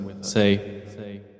say